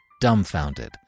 dumbfounded